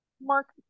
Mark